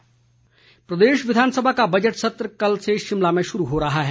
budget सत्र प्रदेश विधानसभा का बजट सत्र कल से शिमला में शुरू हो रहा है